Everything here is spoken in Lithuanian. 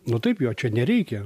nu taip jo čia nereikia